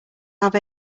have